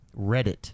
Reddit